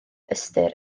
ystyr